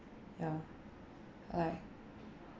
ya like